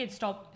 stop